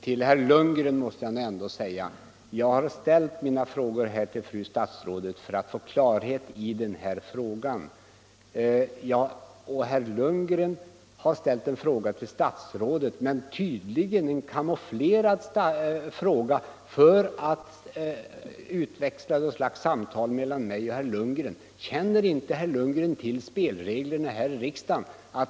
Till herr Lundgren måste jag säga att jag har ställt mina frågor till fru statsrådet för att få klarhet på den här punkten. Också herr Lundgren har ställt en fråga till statsrådet, men tydligen var den frågan bara ett kamouflage för att få till stånd ett samtal med mig. Känner inte herr Lundgren till spelreglerna här i riksdagen?